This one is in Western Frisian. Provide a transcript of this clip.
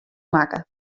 makke